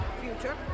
future